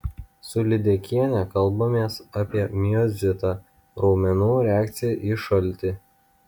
su lydekiene kalbamės apie miozitą raumenų reakciją į šaltį